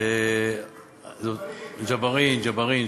ג'בארין, ג'בארין.